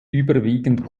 überwiegend